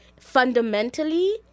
fundamentally